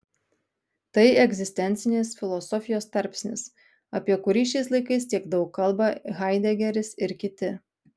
tai egzistencinės filosofijos tarpsnis apie kurį šiais laikais tiek daug kalba haidegeris ir kiti